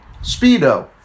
Speedo